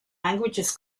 languages